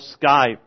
Skype